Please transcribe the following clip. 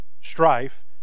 strife